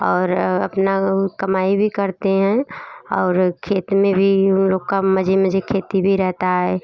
और अपना कमाई भी करते हैं और खेत में भी उन लोग का मजे मजे खेती भी रहता है